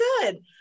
good